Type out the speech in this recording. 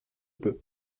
peu